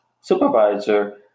supervisor